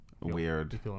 weird